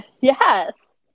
yes